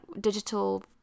digital